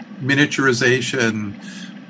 miniaturization